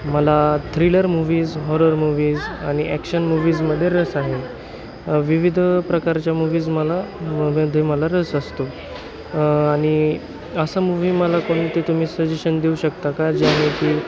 मला thriller movies horror movies आणि action मूव्हीजमध्ये रस आहे विविध प्रकारच्या मुव्हीजमध्ये मला मला रस असतो आणि असा मूव्ही मला कोण ते तुम्ही सजेशन देऊ शकता का जेणे की